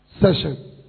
session